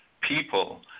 people